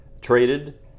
traded